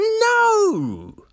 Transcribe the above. No